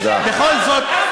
בכל זאת,